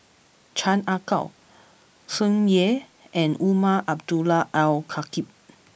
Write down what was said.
Chan Ah Kow Tsung Yeh and Umar Abdullah Al Khatib